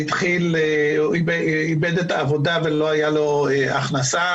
הוא איבד את העבודה ולא הייתה לו הכנסה